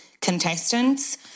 contestants